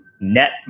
net